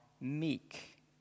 meek